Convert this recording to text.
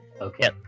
Okay